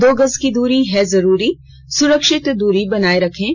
दो गज की दूरी है जरूरी सुरक्षित दूरी बनाए रखें